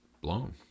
blown